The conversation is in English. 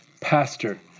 pastor